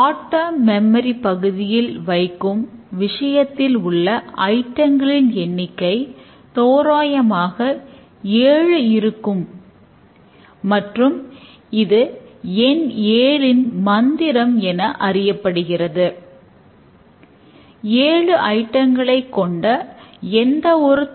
shot term memory பகுதியின் திறன் ஏழு என்று